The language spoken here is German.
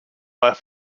auf